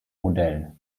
modell